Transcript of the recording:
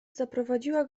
zaprowadziła